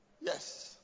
Yes